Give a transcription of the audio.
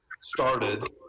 started